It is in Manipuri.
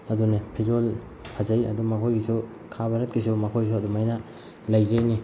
ꯑꯗꯨꯅꯤ ꯐꯤꯖꯣꯜ ꯐꯖꯩ ꯑꯗꯨ ꯃꯈꯣꯏꯒꯤꯁꯨ ꯈꯥ ꯚꯥꯔꯠꯀꯤꯁꯨ ꯃꯈꯣꯏꯁꯨ ꯑꯗꯨꯃꯥꯏꯅ ꯂꯩꯖꯔꯤꯅꯤ